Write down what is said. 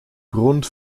grund